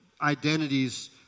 identities